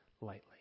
lightly